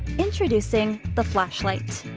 introducing. the flashlight.